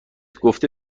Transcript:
گفته